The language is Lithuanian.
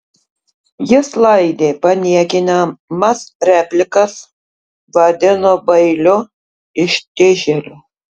jis laidė paniekinamas replikas vadino bailiu ištižėliu